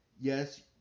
Yes